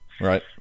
Right